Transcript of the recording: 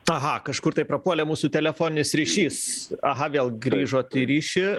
aha kažkur tai prapuolė mūsų telefoninis ryšys aha vėl grįžot į ryšį